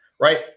right